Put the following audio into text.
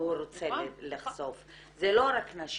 והוא רוצה לחשוף, זה לא רק נשים,